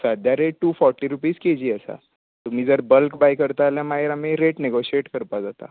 सद्याक rate two forty K G आसात तुमी जर बल्क बाय करतां जाल्यार मागीर आमी रेट नोगाशियेट करपाक जाता